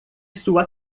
sua